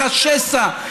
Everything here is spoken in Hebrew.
איך השסע,